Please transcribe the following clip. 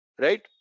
right